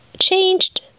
changed